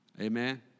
Amen